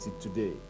today